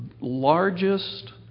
largest